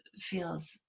feels